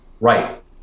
Right